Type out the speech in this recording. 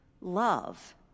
love